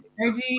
energy